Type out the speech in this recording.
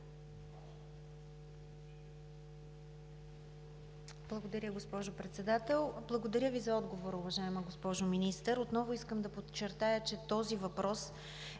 Благодаря, госпожо Председател. Благодаря Ви за отговора, уважаема госпожо Министър. Отново искам да подчертая, че този въпрос е